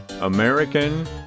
American